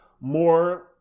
more